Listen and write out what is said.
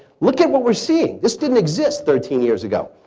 look at what we're seeing. this didn't exist thirteen years ago.